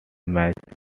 match